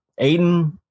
Aiden